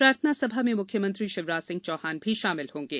प्रार्थना सभा में मुख्यमंत्री शिवराज सिंह चौहान भी शामिल होंगे